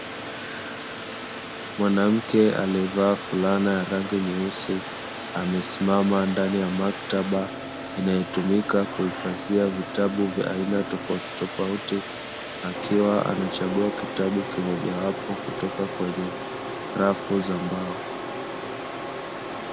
Mwanamke aliyevaa fulana ya rangi nyeusi amesimama ndani ya maktaba inayotumika kuhifadhia vitabu vya aina tofauti tofauti akiwa anachagua kitabu kimoja wapo kutoka kwenye rafu za mbao.